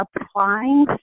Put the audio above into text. applying